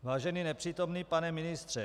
Vážený nepřítomný pane ministře.